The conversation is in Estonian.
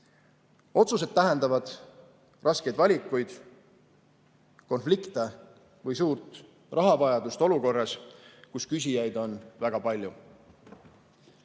Otsused tähendavad raskeid valikuid – konflikte või suurt rahavajadust olukorras, kus küsijaid on väga palju.